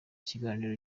kiganiro